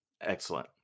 Excellent